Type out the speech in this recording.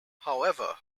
however